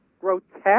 Grotesque